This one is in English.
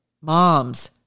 moms